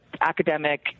academic